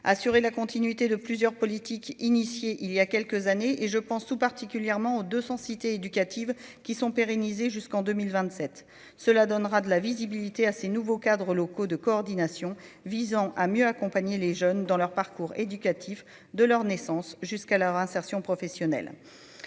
assurer la continuité de plusieurs politique initiée il y a quelques années, et je pense tout particulièrement aux 200 cités éducatives qui sont pérennisées jusqu'en 2027 cela donnera de la visibilité à ces nouveaux cadres locaux de coordination visant à mieux accompagner les jeunes dans leur parcours éducatif de leur naissance jusqu'à leur insertion professionnelle,